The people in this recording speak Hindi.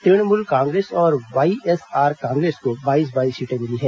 तृणमूल कांग्रेस और वाईएसआर कांग्रेस को बाईस बाईस सीटें मिली हैं